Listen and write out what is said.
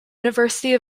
university